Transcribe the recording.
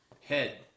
head